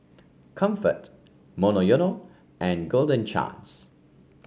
Comfort Monoyono and Golden Chance